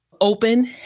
open